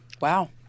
Wow